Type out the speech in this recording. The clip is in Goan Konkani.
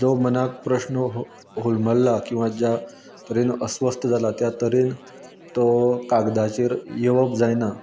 जो मनाक प्रस्न हो होलमल्ला किंवां ज्या तरेन अस्वस्थ जालां त्या तरेन तो कागदाचेर येवप जायना